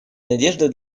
надежды